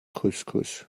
couscous